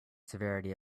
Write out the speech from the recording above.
severity